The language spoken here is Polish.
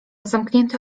zamknięte